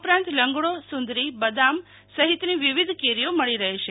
ઉપરાંત લંગડો સુંદરી બદામ સહીતની વિવિધ કેરીઓ મળી રહેશે